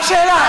רק שאלה.